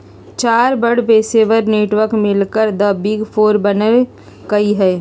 चार बड़ पेशेवर नेटवर्क मिलकर द बिग फोर बनल कई ह